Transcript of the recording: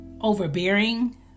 overbearing